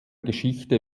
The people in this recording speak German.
geschichte